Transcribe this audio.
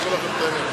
אני אומר לכם את האמת.